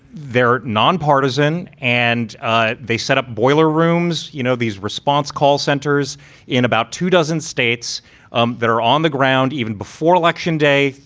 they're nonpartisan and ah they set up boiler rooms, you know, these response call centers in about two dozen states um that are on the ground even before election day,